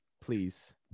please